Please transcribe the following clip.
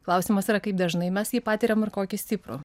klausimas yra kaip dažnai mes jį patiriam ir kokį stiprų